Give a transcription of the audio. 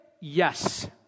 Yes